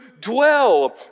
dwell